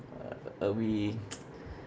uh uh we